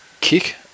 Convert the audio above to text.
kick